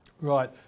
right